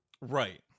right